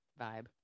vibe